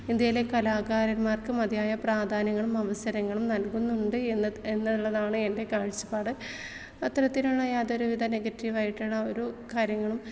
ഇന്ത്യയിലെ കലാകാരന്മാർക്ക് മതിയായ പ്രാധാന്യങ്ങളും അവസരങ്ങളും നൽകുന്നുണ്ട് എന്ന് എന്നുള്ളതാണ് എൻ്റെ കാഴ്ചപ്പാട് അത്തരത്തിലുള്ള യാതൊരുവിധ നെഗറ്റീവായിട്ടുള്ള ഒരു കാര്യങ്ങളും